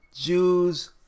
Jews